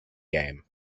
game